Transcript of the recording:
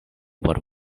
por